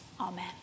Amen